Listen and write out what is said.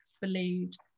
believed